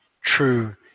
true